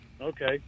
Okay